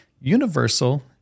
Universal